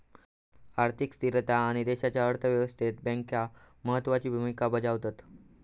आर्थिक स्थिरता आणि देशाच्या अर्थ व्यवस्थेत बँका महत्त्वाची भूमिका बजावतत